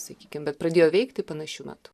sakykim bet pradėjo veikti panašiu metu